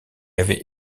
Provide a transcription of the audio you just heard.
avait